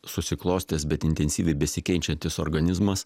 susiklostęs bet intensyviai besikeičiantis organizmas